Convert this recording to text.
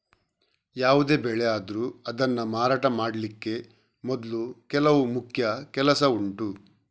ಯಾವುದೇ ಬೆಳೆ ಆದ್ರೂ ಅದನ್ನ ಮಾರಾಟ ಮಾಡ್ಲಿಕ್ಕೆ ಮೊದ್ಲು ಕೆಲವು ಮುಖ್ಯ ಕೆಲಸ ಉಂಟು